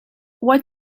what